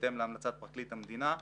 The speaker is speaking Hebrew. בהתאם להמלצת פרקליט המדינה.